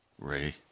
Ray